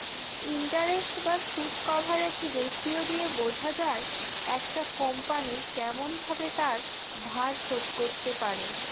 interest বা সুদ coverage ratio দিয়ে বোঝা যায় একটা কোম্পনি কেমন ভাবে তার ধার শোধ করতে পারে